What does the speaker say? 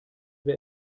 wer